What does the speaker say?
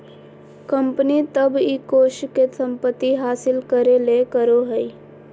company तब इ कोष के संपत्ति हासिल करे ले करो हइ